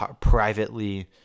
privately